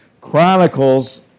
Chronicles